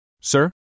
Sir